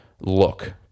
look